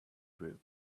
group